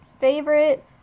favorite